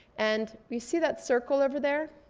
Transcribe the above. and you see that circle over there?